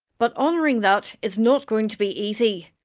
but honouring that is not going to be easy.